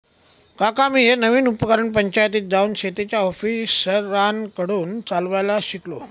काका मी हे नवीन उपकरण पंचायतीत जाऊन शेतीच्या ऑफिसरांकडून चालवायला शिकलो